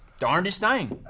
darnest thing.